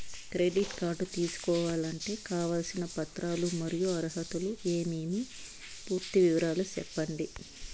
Credit card తీసుకోవాలంటే కావాల్సిన పత్రాలు మరియు అర్హతలు ఏమేమి పూర్తి వివరాలు సెప్పండి?